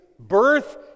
birth